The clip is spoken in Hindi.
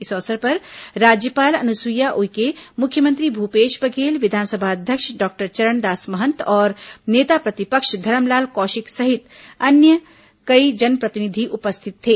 इस अवसर पर राज्यपाल अनुसुईया उइके मुख्यमंत्री भूपेश बघेल विधानसभा अध्यक्ष डॉक्टर चरणदास महंत और नेता प्रतिपक्ष धरमलाल कौशिक सहित कई अन्य जनप्रतिनिधि उपस्थित थे